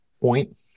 point